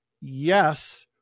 yes